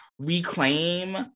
reclaim